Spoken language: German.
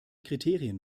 kriterien